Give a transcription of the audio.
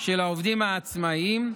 של העובדים העצמאים,